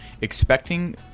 expecting